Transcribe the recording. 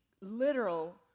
literal